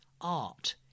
art